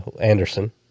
Anderson